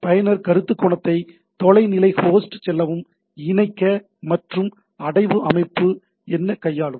பயனர் கருத்துக்கோணத்தைச் தொலைநிலை ஹோஸ்ட் செல்லவும் இணைக்க மற்றும் அடைவு அமைப்பு என்ன கையாளும்